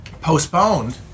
postponed